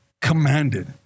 commanded